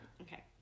Okay